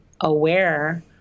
aware